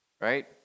Right